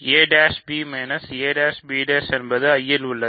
a b a b என்பது I இல் உள்ளது